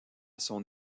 son